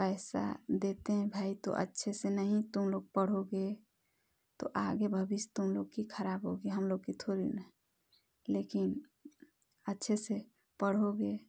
पैसा देते हैं भाई तो अच्छे से नहीं तुम लोग पढ़ोगे तो आगे भविष्य तुम लोग की खराब होगी हम लोग की थोड़ी लेकिन अच्छे से पढ़ोगे